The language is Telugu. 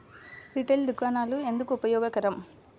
రిటైల్ దుకాణాలు ఎందుకు ఉపయోగకరం?